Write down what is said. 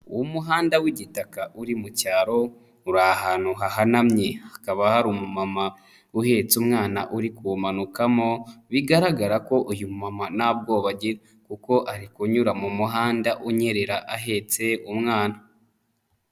Umuhanda w'igitaka uri mu cyaro, uri ahantu hahanamye, hakaba hari umumama uhetse umwana uri kuwumanukamo, bigaragara ko uyu mama nta bwoba agira. Kuko ari kunyura mu muhanda unyerera ahetse umwana.